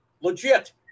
legit